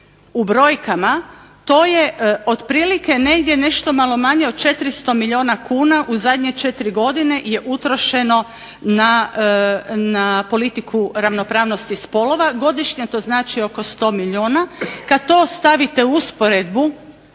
u brojkama to je otprilike negdje nešto malo manje od 400 milijuna kuna u zadnje četiri godine je utrošeno na politiku ravnopravnosti spolova. Godišnje to znači oko 100 milijuna. Kad to stavite u usporedbu